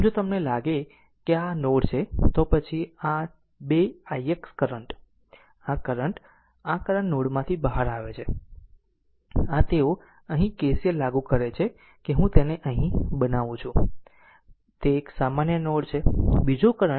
આમ જો તમને લાગે કે આ નોડ છે તો પછી આ 2 ix કરંટ આ કરંટ આ કરંટ આ નોડમાંથી બહાર આવે છે આ તેઓ અહીં KCL લાગુ કરે છે કે હું તેને અહીં બનાવું છું તે એક સામાન્ય નોડ છે